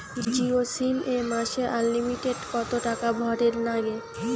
Jio SIM এ মাসে unlimited কত টাকা ভরের নাগে?